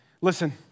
listen